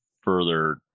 further